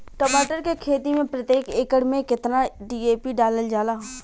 टमाटर के खेती मे प्रतेक एकड़ में केतना डी.ए.पी डालल जाला?